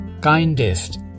kindest